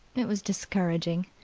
it was discouraging.